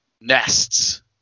nests